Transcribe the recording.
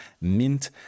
mint